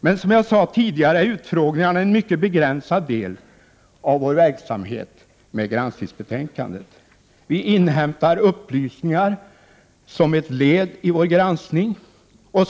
Men som jag sade tidigare är utfrågningarna en mycket begränsad del av vår verksamhet med granskningsbetänkandet. Vi inhämtar upplysningar som ett led i vår granskning.